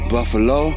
Buffalo